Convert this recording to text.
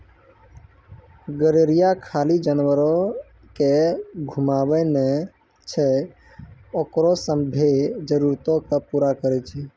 गरेरिया खाली जानवरो के घुमाबै नै छै ओकरो सभ्भे जरुरतो के पूरा करै छै